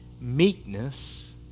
meekness